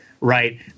Right